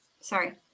Sorry